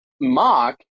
mock